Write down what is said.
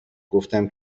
گفتم